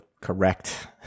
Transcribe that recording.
correct